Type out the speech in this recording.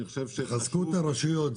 תחזקו את הרשויות.